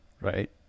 Right